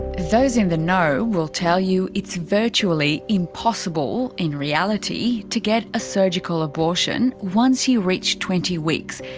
those in the know will tell you it's virtually impossible in reality to get a surgical abortion once you reach twenty weeks,